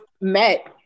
met